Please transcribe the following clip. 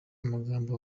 amagambo